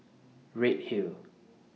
Redhill